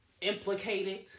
implicated